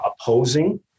opposing